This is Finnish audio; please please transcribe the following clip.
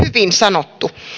hyvin sanottu